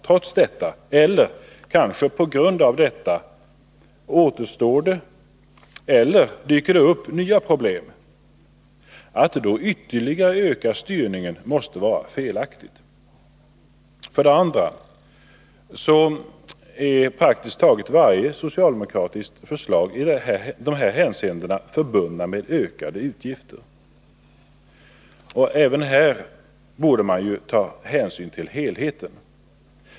Trots detta, eller kanske på grund av detta, återstår det eller dyker det upp nya problem. Att då ytterligare öka styrningen måste vara felaktigt. För det andra är praktiskt taget varje socialdemokratiskt förslag i dessa hänseenden förbundet med ökade utgifter. Även här borde man ta hänsyn till helheten.